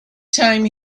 time